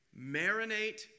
Marinate